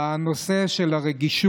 הוא נושא הרגישות